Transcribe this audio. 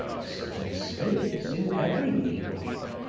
of certain spirits in every epoch,